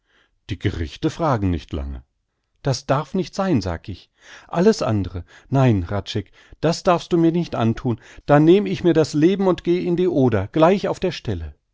die gerichte fragen nicht lange das darf nicht sein sag ich alles andre nein hradscheck das darfst du mir nicht anthun da nehm ich mir das leben und geh in die oder gleich auf der stelle